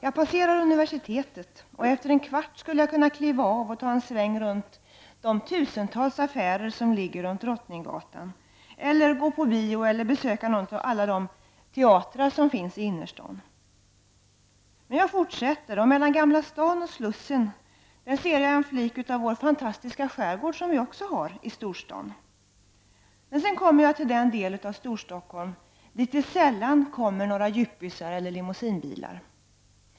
Jag passerar universitetet, och efter en kvart skulle jag kunna kliva av och ta en sväng kring de tusentals affärer som ligger runt Drottninggatan, gå på bio eller besöka någon av alla de teatrar som finns i innerstaden. Men jag fortsätter. Mellan Gamla stan och Slussen ser jag en flik av vår fantastiska skärgård, som vi också har i storstaden. Men sedan kommer jag till den del av Storstockholm dit det sällan kommer några yuppisar eller limousinebilar.